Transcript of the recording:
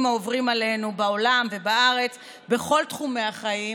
העוברים עלינו בעולם ובארץ בכל תחומי החיים,